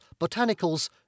botanicals